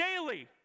daily